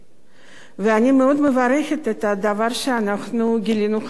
אני מאוד מברכת על הדבר שגילינו היום,